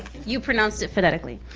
you pronounced it phonetically.